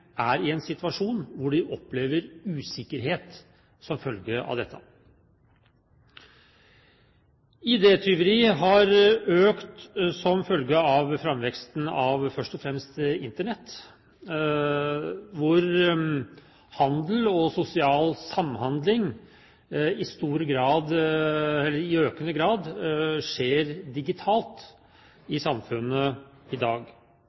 er i en situasjon der de opplever usikkerhet som følge av dette. ID-tyveri har økt som følge av framveksten først og fremst av Internett. Handel og sosial samhandling skjer i økende grad digitalt i samfunnet i dag.